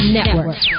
Network